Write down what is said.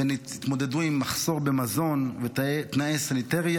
והתמודדו עם מחסור במזון ותנאים סניטריים